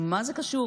מה זה קשור?